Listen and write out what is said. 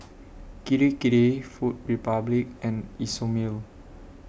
Kirei Kirei Food Republic and Isomil